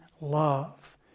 love